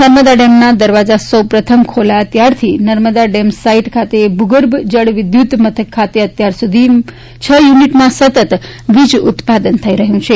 નર્મદા ડેમના દરવાજા સૌપ્રથમ ખોલાયા ત્યારથી નર્મદા ડેમ સાઇટ ખાતે ભૂગર્ભ જળ વિદ્યુત મથક ખાતે અત્યાર સુધી છ યુનિટમાં સતત વીજ ઉત્પાદન થઈ રહ્યું છે